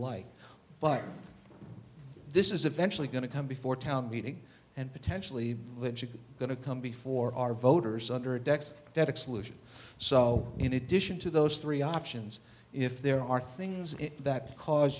but this is eventually going to come before town meeting and potentially going to come before our voters under a deck that exclusion so in addition to those three options if there are things that cause